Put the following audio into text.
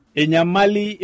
enyamali